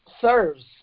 serves